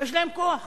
יש להם כוח.